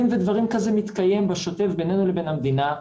דין ודברים כזה מתקיים בשוטף בינינו לבין המדינה.